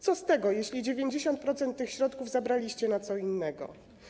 Co z tego, jeśli 90% tych środków zabraliście na co innego?